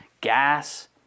gas